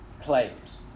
claims